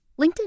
linkedin